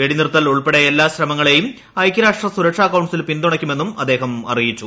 വെടിനിർത്തൽ ഉൾപ്പെടെ എല്ലാ ശ്രമങ്ങളെയും ഐക്യരാഷ്ട്ര സുരക്ഷാ കൌൺസിൽ പിന്തുണയ്ക്കുമെന്നും അദ്ദേഹം അറിയിച്ചു